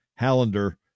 Hallander